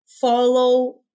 follow